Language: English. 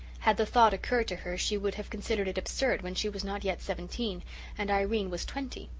had the thought occurred to her she would have considered it absurd when she was not yet seventeen and irene was twenty.